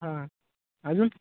हा अजून